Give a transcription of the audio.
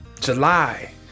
July